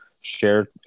share